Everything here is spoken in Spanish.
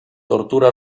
tortura